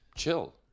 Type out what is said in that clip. Chill